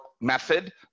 method